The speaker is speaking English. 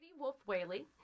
Wolf-Whaley